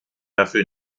dafür